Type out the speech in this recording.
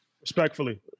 Respectfully